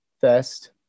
Fest